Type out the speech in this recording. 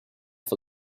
for